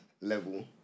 level